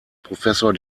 professor